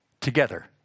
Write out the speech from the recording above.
together